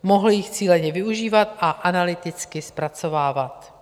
Mohl je cíleně využívat a analyticky zpracovávat.